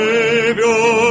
Savior